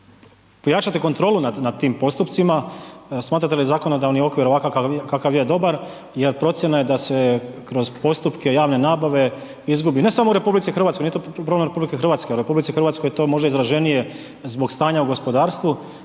pojačati kontrolu nad, nad tim postupcima, smatrate li zakonodavni okvir ovakav kakav je dobar jer procjena je da se kroz postupke javne nabave izgubi, ne samo u RH, nije to problem RH, u RH je to možda izraženije zbog stanja u gospodarstvu,